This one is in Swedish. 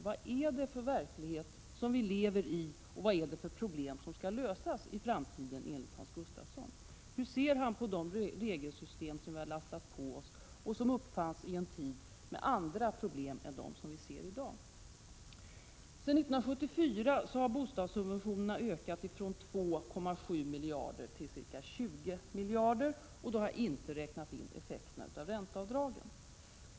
Vad är det för verklighet vi lever i och vad är det för problem som skall lösas i framtiden enligt Hans Gustafsson? Hur ser han på det regelsystem som har lastats på oss och som uppfanns i en tid med andra problem än dem som vi ser i dag? Sedan 1974 har bostadssubventionerna ökat från 2,7 miljarder till ca 20 miljarder, och då har jag inte räknat in effekterna av ränteavdragen.